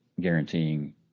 guaranteeing